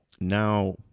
now